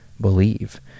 believe